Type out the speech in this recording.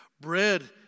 Bread